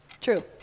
True